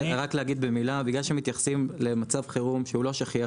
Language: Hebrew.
במילה - בגלל שמתייחסים למצב חירום שאינו שכיח,